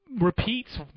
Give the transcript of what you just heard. repeats